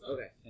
Okay